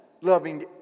loving